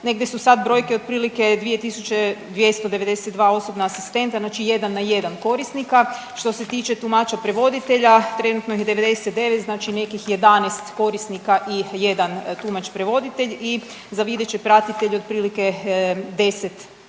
Negdje su sad brojke otprilike 2 tisuće 292 osobna asistenta znači 1 na 1 korisnika. Što se tiče tumača prevoditelja trenutno ih je 99 znači nekih 11 korisnika i 1 tumač prevoditelj i za videće pratitelj otprilike 10 naprema